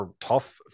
tough